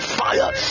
fire